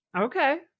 Okay